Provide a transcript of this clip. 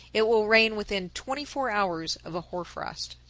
it will rain within twenty-four hours of a hoar frost.